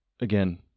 again